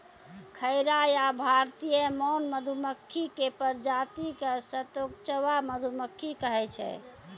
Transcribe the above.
खैरा या भारतीय मौन मधुमक्खी के प्रजाति क सतकोचवा मधुमक्खी कहै छै